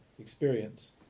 experience